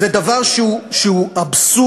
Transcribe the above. זה דבר שהוא אבסורד,